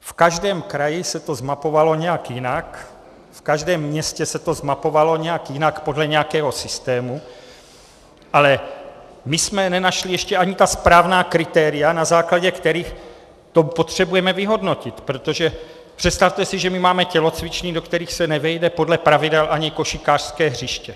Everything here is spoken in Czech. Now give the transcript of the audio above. V každém kraji se to zmapovalo nějak jinak, v každém městě se to zmapovalo nějak jinak podle nějakého systému, ale my jsme nenašli ještě ani ta správná kritéria, na základě kterých to potřebujeme vyhodnotit, protože si představte, že máme tělocvičny, do kterých se nevejde podle pravidel ani košíkářské hřiště.